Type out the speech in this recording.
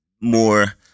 more